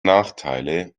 nachteile